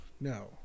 No